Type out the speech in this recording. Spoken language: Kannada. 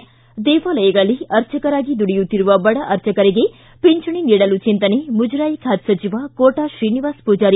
ು ದೇವಾಲಯಗಳಲ್ಲಿ ಆರ್ಚಕರಾಗಿ ದುಡಿಯುತ್ತಿರುವ ಬಡ ಅರ್ಚಕರಿಗೆ ಪಿಂಚಣಿ ನೀಡಲು ಚಿಂತನೆ ಮುಜರಾಯಿ ಖಾತೆ ಸಚಿವ ಕೋಟಾ ಶ್ರೀನಿವಾಸ ಪೂಜಾರಿ